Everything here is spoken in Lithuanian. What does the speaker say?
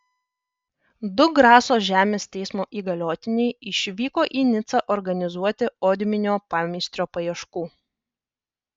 du graso žemės teismo įgaliotiniai išvyko į nicą organizuoti odminio pameistrio paieškų